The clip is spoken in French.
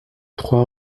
trois